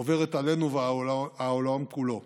עוברת עלינו ועל העולם כולו.